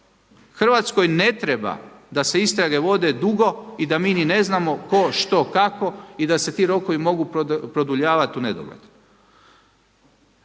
Hrvatskoj ne treba da se istrage vode dugo i da mi ni ne znamo tko, što, kako i da se ti rokovi mogu produljavati do u nedogled.